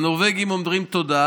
והנורבגים אומרים תודה,